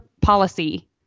policy